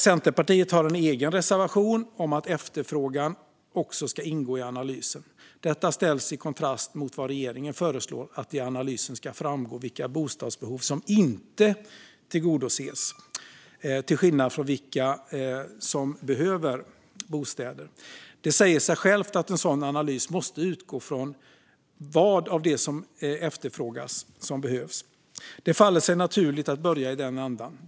Centerpartiet har en egen reservation om att efterfrågan också ska ingå i analysen. Detta ställs i kontrast mot vad regeringen föreslår om att det i analysen ska framgå vilka bostadsbehov som inte tillgodoses, till skillnad från vilka som behöver bostäder. Det säger sig självt att en sådan analys måste utgå från vad av det som efterfrågas som behövs. Det faller sig naturligt att börja i den ändan.